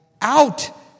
out